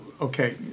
okay